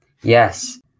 Yes